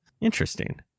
Interesting